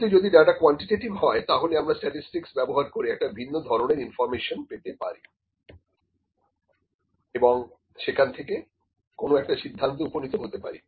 কিন্তু যদি data quantitative হয় তাহলে আমরা স্ট্যাটিসটিকস ব্যবহার করে একটা ভিন্ন ধরনের ইনফর্মেশন পেতে পারি এবং সেখান থেকে কোন একটা সিদ্ধান্তে উপনীত হতে পারি